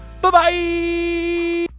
bye-bye